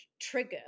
trigger